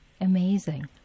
Amazing